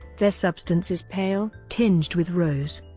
their substance is pale, tinged with rose.